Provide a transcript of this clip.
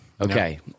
Okay